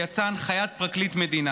ויצאה הנחיית פרקליט מדינה.